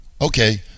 okay